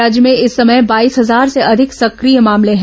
राज्य में इस समय बाईस हजार से अधिक सक्रिय मामले हैं